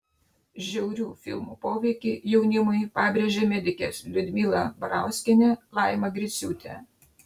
žiaurių filmų poveikį jaunimui pabrėžė medikės liudmila barauskienė laima griciūtė